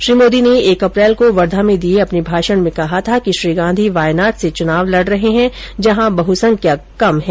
श्री मोदी ने एक अप्रैल को वर्धा में दिये अपने भाषण में कहा था कि श्री गांधी वायनाड से चुनाव लड़ रहे हैं जहां बहुसंख्यक कम हैं